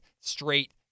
straight